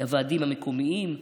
הוועדים המקומיים,